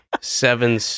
seven